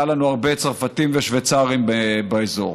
היה לנו הרבה צרפתים ושוויצרים באזור.